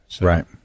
Right